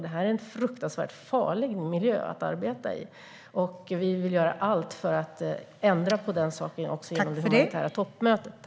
Det här är en fruktansvärt farlig miljö att arbeta i. Vi vill göra allt för att ändra på den saken också genom humanitära toppmöten.